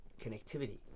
connectivity